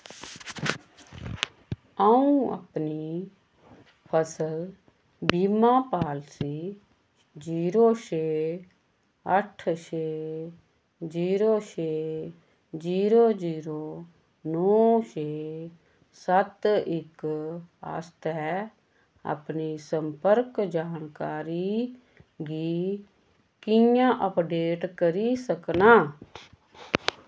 अ'ऊ अपनी फसल बीमा पालसी जीरो छे अट्ठ छे जीरो छे जीरो जीरो नौ छे सत्त इक आस्तै अपनी संपर्क जानकारी गी कि'यां अपडेट करी सकनां